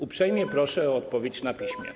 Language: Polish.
Uprzejmie proszę o odpowiedź na piśmie.